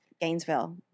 Gainesville